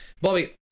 Bobby